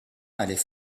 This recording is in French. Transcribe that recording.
allaient